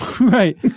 Right